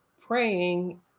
praying